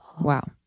Wow